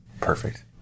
Perfect